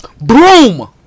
Broom